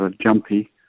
jumpy